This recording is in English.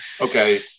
okay